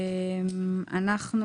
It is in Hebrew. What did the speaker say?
הצבעה בעד 2 נגד 4 נמנעים - אין לא אושר.